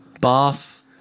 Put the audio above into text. Bath